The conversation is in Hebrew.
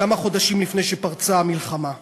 כמה חודשים לפני שפרצה המלחמה באירופה,